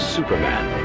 Superman